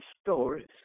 stories